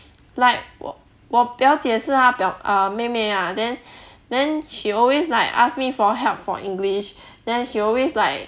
like 我我表姐是他表 err 妹妹啊 then then she always like ask me for help for english then she always like